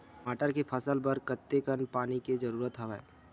टमाटर के फसल बर कतेकन पानी के जरूरत हवय?